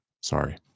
Sorry